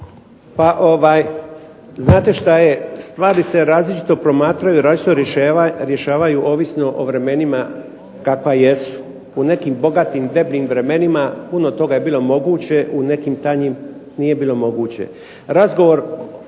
(HDZ)** Znate šta je, stvari se različito promatraju i različito rješavaju, ovisno o vremenima kakva jesu. U nekim bogatim, debljim vremenima puno toga je bilo moguće, u nekim tanjim nije bilo moguće. Razgovor